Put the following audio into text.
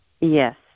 Yes